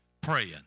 praying